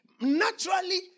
Naturally